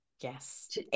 yes